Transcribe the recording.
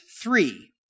three